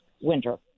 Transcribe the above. winter